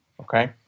Okay